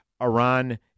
Iran